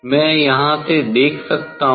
मैं यहां से देख सकता हूं